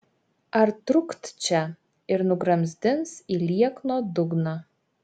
ar trukt čia ir nugramzdins į liekno dugną